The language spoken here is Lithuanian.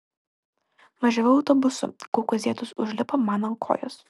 važiavau autobusu kaukazietis užlipo man ant kojos